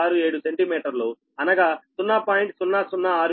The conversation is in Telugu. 67 సెంటిమీటర్లు అనగా 0